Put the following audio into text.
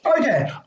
Okay